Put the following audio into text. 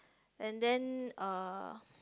and then uh